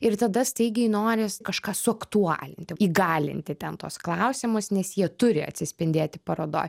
ir tada staigiai noris kažką suaktualinti įgalinti ten tuos klausimus nes jie turi atsispindėti parodoj